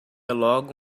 logo